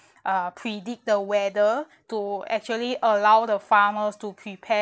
uh predict the weather to actually allow the farmers to prepare